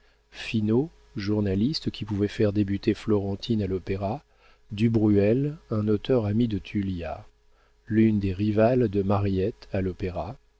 finot journaliste qui pouvait faire débuter florentine à l'opéra du bruel un auteur ami de tullia l'une des rivales de mariette à l'opéra